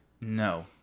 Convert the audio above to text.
no